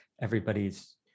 Everybody's